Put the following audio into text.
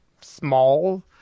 small